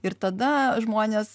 ir tada žmones